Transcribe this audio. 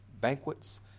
Banquets